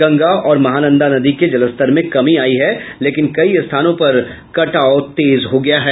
गंगा और महानंदा नदी के जलस्तर में कमी आयी है लेकिन कई स्थानों पर कटाव तेज हो गया है